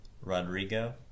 Rodrigo